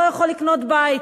לא יכול לקנות בית.